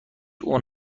اون